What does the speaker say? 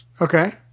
Okay